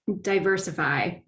diversify